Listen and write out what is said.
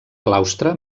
claustre